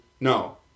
No